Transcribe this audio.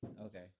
Okay